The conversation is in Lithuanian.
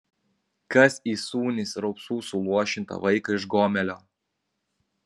kas įsūnys raupsų suluošintą vaiką iš gomelio